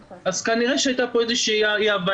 כנראה הייתה פה איזו אי-הבנה.